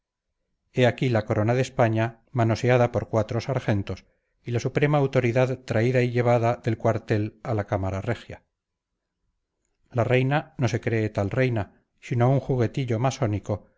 he aquí la corona de españa manoseada por cuatro sargentos y la suprema autoridad traída y llevada del cuartel a la cámara regia la reina no se cree tal reina sino un juguetillo masónico